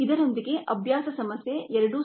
ಇದರೊಂದಿಗೆ ಅಭ್ಯಾಸ ಸಮಸ್ಯೆ 2